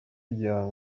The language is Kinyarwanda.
igihano